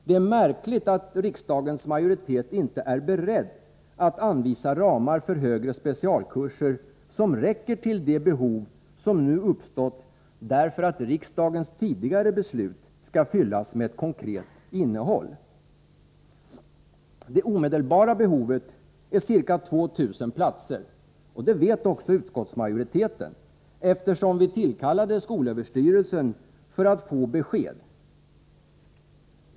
Det är märkligt att riksdagens majoritet inte är beredd att anvisa ramar för högre specialkurser, som räcker till de behov som nu har uppstått därför att riksdagens tidigare beslut skall fyllas med konkret innehåll. Det omedelbara behovet är ca 2 000 platser. Det vet även utskottsmajoriteten, eftersom vi tillkallade skolöverstyrelsen för att få besked.